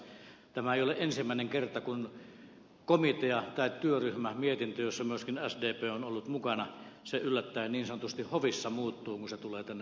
tämä ei ole ensimmäinen kerta kun komitean tai työryhmän mietintö jossa myöskin sdp on ollut mukana yllättäen niin sanotusti hovissa muuttuu kun se tulee tänne saliin